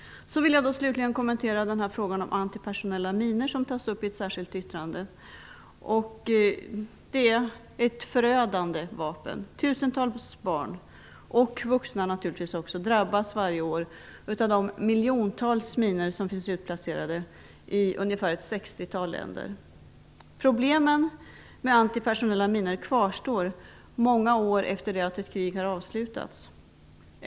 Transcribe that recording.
Slutligen vill jag kommentera frågan om antipersonella minor som tas upp i ett särskilt yttrande. Det är ett förödande vapen. Tusentals barn, och naturligtvis även vuxna, drabbas varje år av de miljontals minor som finns utplacerade i ett 60-tal länder. Problemen med antipersonella minor kvarstår många år efter det att ett krig har avslutats.